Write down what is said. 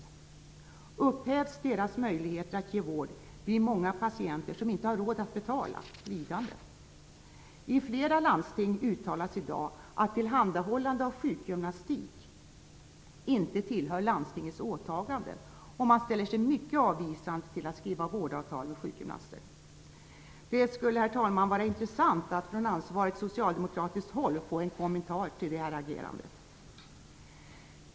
Upphävs de privatpraktiserande sjukgymnasternas möjligheter att ge vård blir många patienter som inte har råd att betala lidande. I flera landsting uttalas i dag att tillhandahållande av sjukgymnastik inte tillhör landstingens åtagande. Man ställer sig mycket avvisande till att skriva vårdavtal med sjukgymnaster. Det skulle, herr talman, vara intressant att från ansvarigt socialdemokratiskt håll få en kommentar till detta agerande.